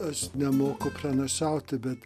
aš nemoku pranašauti bet